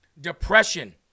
Depression